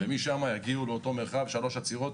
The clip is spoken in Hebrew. ומשם יגיעו לאותו מרחב ב-3 עצירות.